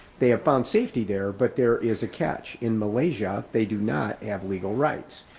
they have found safety there, but there is a catch in malaysia, they do not have legal rights.